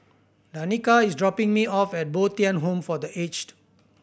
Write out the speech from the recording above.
Danika is dropping me off at Bo Tien Home for The Aged